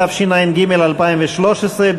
תשע"ג 2013,